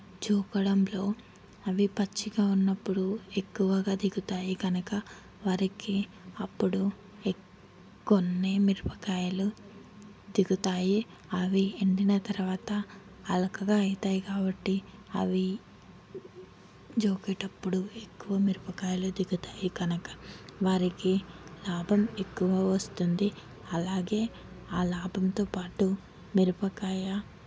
చూపడంలో అవి పచ్చిగా ఉన్నప్పుడు ఎక్కువగా దిగుతాయి కనుక వారికి అప్పుడు ఎ కొన్ని మిరపకాయలు తెగుతాయి అవి ఎండిన తర్వాత హల్కగా అవుతాయి కాబట్టి అవి జోకేటప్పుడు ఎక్కువ మిరపకాయలు దిగుతాయి కనుక వారికి లాభం ఎక్కువ వస్తుంది అలాగే ఆ లాభంతో పాటు మిరపకాయ